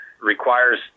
requires